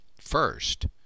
first